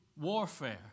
warfare